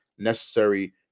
necessary